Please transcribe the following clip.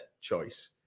choice